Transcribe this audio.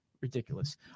ridiculous